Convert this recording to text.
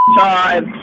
time